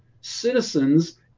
citizens